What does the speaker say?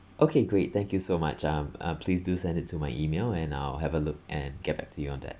okay great thank you so much um uh please do send it to my email and I'll have a look and get back to you on that